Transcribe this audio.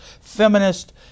Feminist